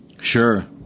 Sure